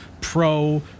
Pro